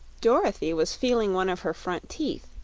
dorothy was feeling one of her front teeth,